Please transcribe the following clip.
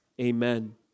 Amen